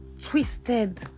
twisted